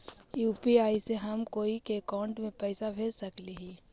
UPI से हम कोई के अकाउंट में पैसा भेज सकली ही?